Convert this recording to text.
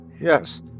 Yes